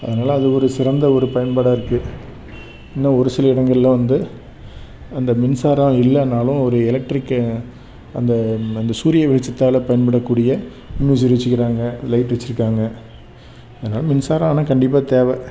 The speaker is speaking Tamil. அதனால அது ஒரு சிறந்த ஒரு பயன்பாடாகருக்கு இன்னும் ஒரு சில இடங்களில் வந்து அந்த மின்சாரம் இல்லைனாலும் ஒரு எலக்ட்ரிக்கு அந்த அந்த சூரிய வெளிச்சத்தால் பயன்படக்கூடிய மின்விசிறி வச்சிருக்கிறாங்க லைட் வச்சிருக்காங்க ஆனால் மின்சாரம் ஆனால் கண்டிப்பாக தேவை